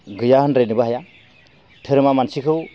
गैया होनद्रायनोबो हाया धोरोमा मानसिखौ